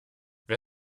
wer